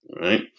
right